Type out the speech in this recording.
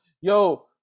yo